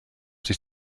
sich